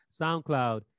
SoundCloud